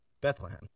Bethlehem